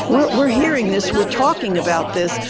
we're we're hearing this, we're talking about this,